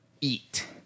eat